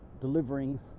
delivering